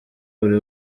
buri